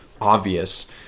obvious